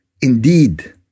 Indeed